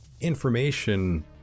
information